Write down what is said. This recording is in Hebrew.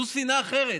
זו שנאה אחרת,